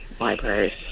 libraries